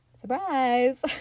Surprise